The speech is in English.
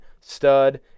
stud